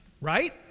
right